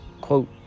Quote